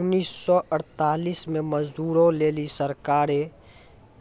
उन्नीस सौ अड़तालीस मे मजदूरो लेली सरकारें